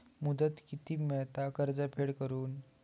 मुदत किती मेळता कर्ज फेड करून?